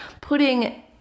putting